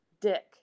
dick